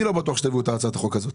אני לא בטוח שתביאו את הצעת החוק הזאת.